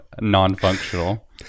non-functional